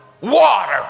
water